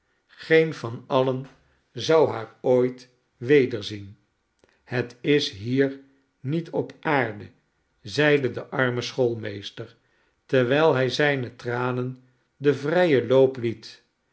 geen van alien zou haar ooit wederzien het is hier niet op aarde zeide de arme schoolmeester terwijl hij zijne tranen den vrijen loop liet